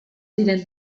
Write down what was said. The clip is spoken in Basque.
ziren